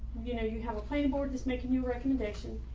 you know, you have a plain board this making you recommendation,